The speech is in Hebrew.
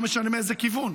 לא משנה מאיזה כיוון,